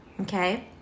okay